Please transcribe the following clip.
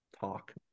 talk